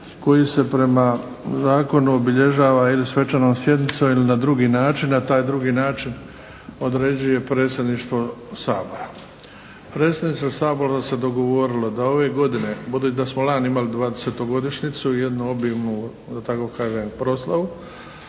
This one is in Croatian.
koji se prema zakonu obilježava ili svečanom sjednicom ili na drugi način, a taj drugi način određuje predsjedništvo Sabora. Predsjedništvo Sabora se dogovorilo da ove godine, budući da smo lani imali 20-godišnjicu jednu obilnu da tako kažem proslavu,